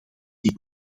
dit